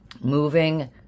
moving